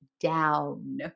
down